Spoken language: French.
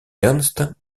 ernst